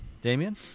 Damien